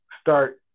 start